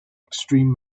extreme